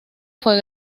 fue